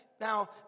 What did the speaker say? Now